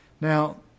Now